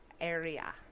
area